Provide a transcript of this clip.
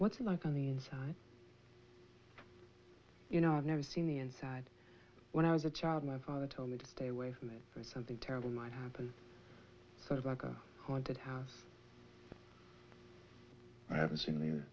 what's it like on the inside you know i've never seen the inside when i was a child my father told me to stay away for something terrible might happen sort of like a haunted house i haven't seen